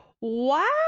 wow